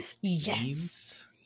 Yes